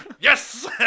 Yes